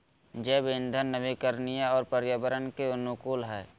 जैव इंधन नवीकरणीय और पर्यावरण के अनुकूल हइ